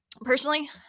Personally